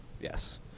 Yes